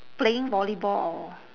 playing volleyball or